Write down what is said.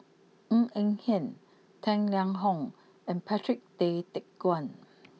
Ng Eng Hen Tang Liang Hong and Patrick Tay Teck Guan